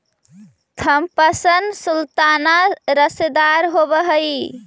Thompson sultana रसदार होब हई